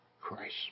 Christ